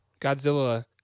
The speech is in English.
Godzilla